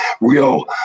real